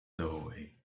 doorway